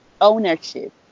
ownership